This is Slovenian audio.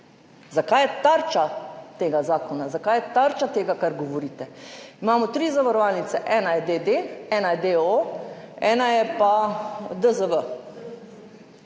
Zakaj je tarča tega zakona, zakaj je tarča tega, kar govorite? Imamo tri zavarovalnice, ena je dede, ena je deoo, ena je pa d.